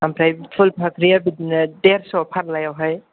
आमफ्राय फुल फाखरिया बिदिनो देरस' फार्लायाव हाय